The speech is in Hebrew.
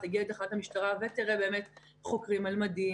תגיע לתחנת המשטרה ותראה חוקרים על מדים,